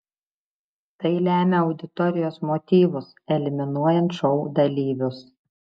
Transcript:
tai lemia auditorijos motyvus eliminuojant šou dalyvius